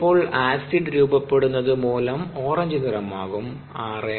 ചിലപ്പോൾ ആസിഡ് രൂപപ്പെടുന്നത് മൂലം ഓറഞ്ച് നിറമാകും 6